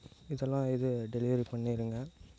இதெல்லாம் இது டெலிவெரி பண்ணிடுங்க